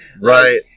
Right